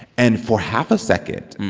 and for half a second,